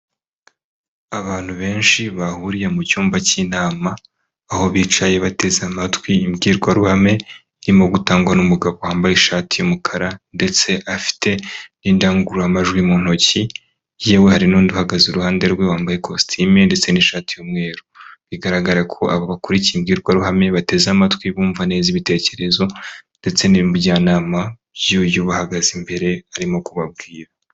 Abantu benshi bahuriye mu cyumba cy'inama, aho bicaye bateze amatwi imbwirwaruhame irimo gutangwa n'umugabo wambaye ishati y'umukara, ndetse afite n'indangururamajwi mu ntoki, yewe hari n'undi uhagaze iruhande rwe wambaye ikositime ndetse n'ishati y'umweru. Bigaragara ko aba bakurikiye imbwirwaruhame bateze amatwi bumva neza ibitekerezo ndetse n'ubujyanama by'uyu ubahagaze imbere arimo kubabwira.